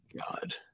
God